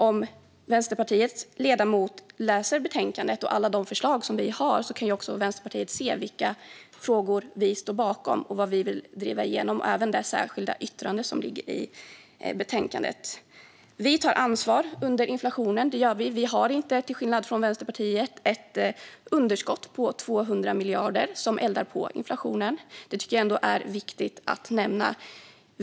Om Vänsterpartiets ledamot läser betänkandet och alla de förslag som vi har kan ledamoten se vilka frågor vi står bakom och vad vi vill driva igenom, även i det särskilda yttrande som finns i betänkandet. Vi tar ansvar under inflationen. Vi har till skillnad från Vänsterpartiet inte ett underskott på 200 miljarder som eldar på inflationen. Det tycker jag är viktigt att nämna.